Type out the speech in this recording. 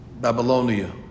Babylonia